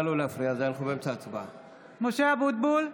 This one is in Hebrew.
משה אבוטבול,